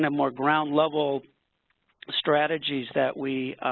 more ground-level strategies that we